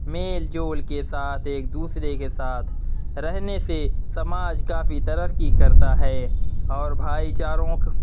میل جول کے ساتھ ایک دوسرے کے ساتھ رہنے سے سماج کافی ترقی کرتا ہے اور بھائی چارے